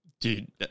dude